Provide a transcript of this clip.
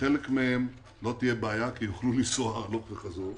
חלק מהם לא תהיה בעיה כי יוכלו לנסוע הלוך וחזור.